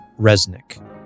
Resnick